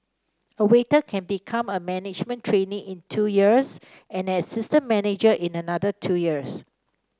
a waiter can become a management trainee in two years and an assistant manager in another two years